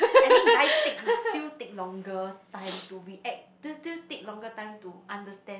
I mean guys take still take longer time to react still still take longer time to understand